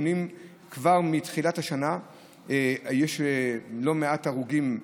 מתחילת השנה כבר יש לא מעט הרוגים,